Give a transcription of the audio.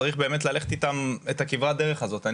צריך באמת ללכת איתם את הכברת דרך הזאת.